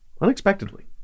unexpectedly